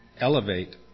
elevate